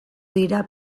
dira